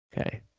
okay